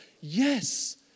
Yes